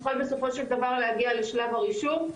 תוכל בסופו של דבר להגיע לשלב הרישום.